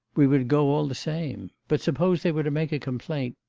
we would go all the same. but suppose they were to make a complaint.